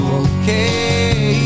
okay